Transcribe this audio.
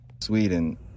sweden